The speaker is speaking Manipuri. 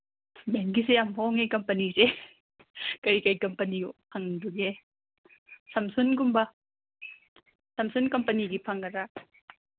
ꯌꯥꯝ ꯍꯣꯡꯉꯦ ꯀꯝꯄꯅꯤꯁꯦ ꯀꯩꯀꯩ ꯀꯝꯄꯅꯤ ꯐꯪꯕꯒꯦ ꯁꯝꯁꯨꯡꯒꯨꯝꯕ ꯁꯝꯁꯨꯡ ꯀꯝꯄꯦꯅꯤꯒꯤ ꯐꯪꯒꯗ꯭ꯔꯥ